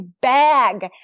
bag